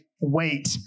wait